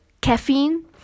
caffeine